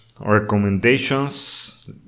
recommendations